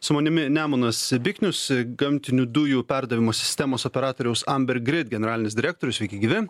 su manimi nemunas biknius gamtinių dujų perdavimo sistemos operatoriaus amber grid generalinis direktorius sveiki gyvi